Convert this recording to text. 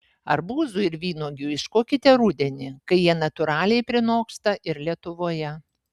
arbūzų ir vynuogių ieškokite rudenį kai jie natūraliai prinoksta ir lietuvoje